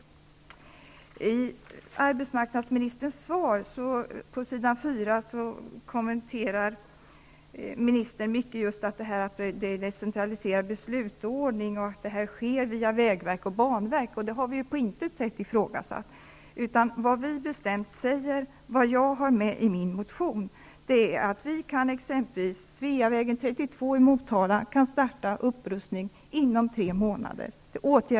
Mot slutet av sitt svar talar statsrådet om att vi har decentraliserad beslutsordning och att besluten om investeringar sker via vägverket och banverket inom regionerna. Det har vi på intet sätt ifrågasatt. Upprustningen av väg 32, Sveavägen, som jag nämner i min motion, kan påbörjas inom tre månader.